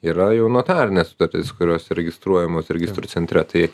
yra jau notarinės sutartys kurios registruojamos registrų centre tai